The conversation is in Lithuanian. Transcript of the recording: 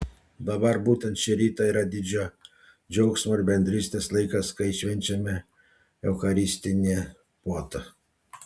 dabar būtent šį rytą yra didžio džiaugsmo ir bendrystės laikas kai švenčiame eucharistinę puotą